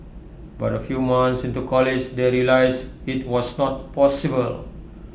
but A few months into college they realised IT was not possible